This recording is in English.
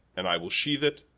and i will sheathe it,